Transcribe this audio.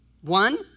One